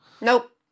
Nope